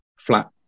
flat